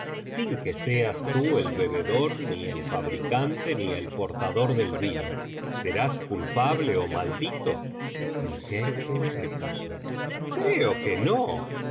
sin que seas tú el bebedor ni el fabricante ni el portador del vino serás culpable ó maldito el jeique repuso creo que no